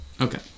okay